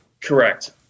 Correct